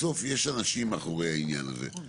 בסוף יש אנשים מאחורי העניין הזה.